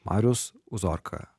marius uzorka